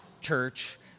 church